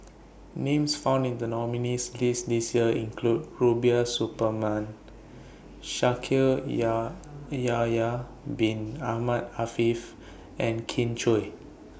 Names found in The nominees' list This Year include Rubiah Suparman Yahya Bin Ahmed Afifi and Kin Chui